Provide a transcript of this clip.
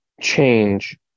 change